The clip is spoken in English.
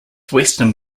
western